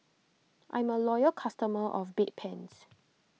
I'm a loyal customer of Bedpans